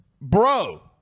bro